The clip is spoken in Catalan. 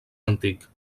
antic